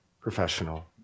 professional